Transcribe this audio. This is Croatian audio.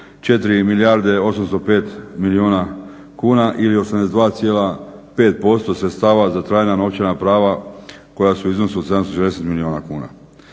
4 milijarde 805 milijuna kuna ili 82,5% sredstava za trajna novčana prava koja su iznosu od 740 milijuna kuna